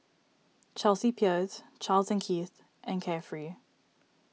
Chelsea Peers Charles and Keith and Carefree